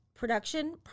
production